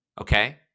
okay